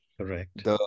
Correct